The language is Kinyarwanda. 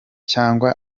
cyangwa